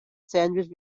sandwich